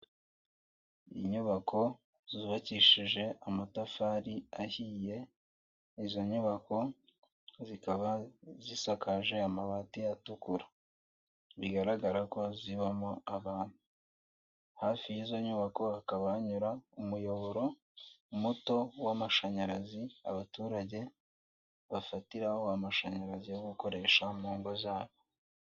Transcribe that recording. Inyubako zubakishije amatafari ahiye, izo nyubako zikaba zisakaje amabati atukura, bigaragara ko zibamo abantu, hafi y'izo nyubako hakaba hanyura umuyoboro muto w'amashanyarazi abaturage, bafatiraho amashanyarazi yo gukoresha mu ngo zabo.